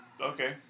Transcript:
Okay